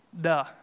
Duh